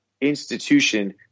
institution